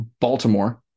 baltimore